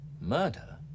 murder